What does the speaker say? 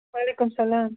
وعلیکُم سَلام